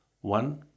One